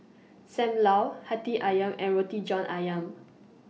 SAM Lau Hati Ayam and Roti John Ayam